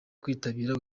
kwitabira